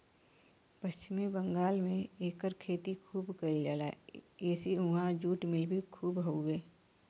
पश्चिम बंगाल में एकर खेती खूब कइल जाला एसे उहाँ जुट मिल भी खूब हउवे